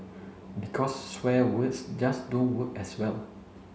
because swear words just don't work as well